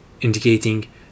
indicating